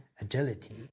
agility